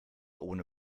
ohne